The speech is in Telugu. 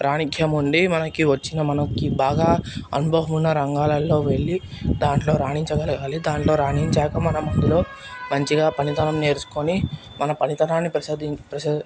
ప్రాణిక్యం ఉండి మనకి వొచ్చిన మనకి బాగా అనుభవం ఉన్న రంగాలల్లో వెళ్లి దాంట్లో రాణించగలగాలి దాంట్లో రాణించక మనం అందులో మంచిగా పనితనం నేర్చుకొని మన పనితనాన్ని ప్రసద ప్రసాద